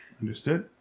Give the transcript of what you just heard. understood